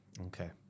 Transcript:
Okay